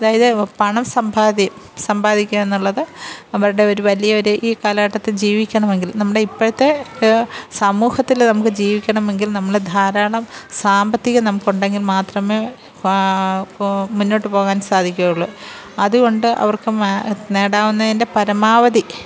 അതായത് പണം സമ്പാദ്യം സമ്പാദിക്കുക എന്നുള്ളത് അവരുടെ ഒരു വലിയ ഒരു ഈ കാലഘട്ടത്തില് ജീവിക്കണമെങ്കില് നമ്മുടെ ഇപ്പോഴത്തെ സമൂഹത്തിൽ നമുക്ക് ജീവിക്കണമെങ്കില് നമ്മൾ ധാരാളം സാമ്പത്തികം നമുക്ക് ഉണ്ടെങ്കില് മാത്രമേ മുന്നോട്ടു പോകാന് സാധിക്കുകയുള്ളു അതുകൊണ്ട് അവര്ക്ക് നേടാവുന്നതിൻ്റെ പരമാവധി